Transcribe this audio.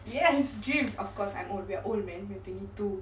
yes dreams of course I'm old we're old man we have to need to